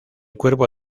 cuerpo